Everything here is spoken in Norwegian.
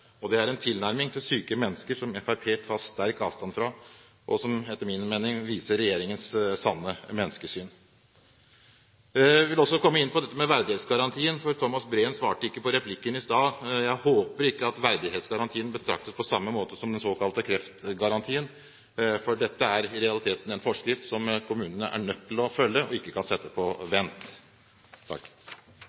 ordrereserve. Det er en tilnærming til syke mennesker som Fremskrittspartiet tar sterkt avstand fra, og som etter min mening viser regjeringens sanne menneskesyn. Jeg vil også komme inn på dette med verdighetsgarantien, for Thomas Breen svarte ikke på replikken i stad. Jeg håper ikke at verdighetsgarantien betraktes på samme måte som den såkalte kreftgarantien, for dette er i realiteten en forskrift som kommunene er nødt til å følge, og ikke kan sette på vent.